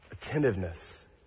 Attentiveness